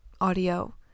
audio